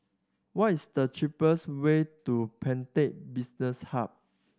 what is the cheapest way to Pantech Business Hub